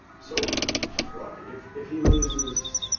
so, ah look if if he loses